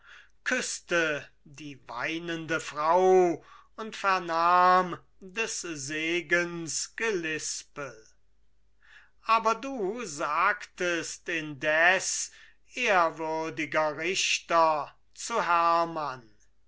küßte die weinende frau und vernahm des segens gelispel aber du sagtest indes ehrwürdiger richter zu hermann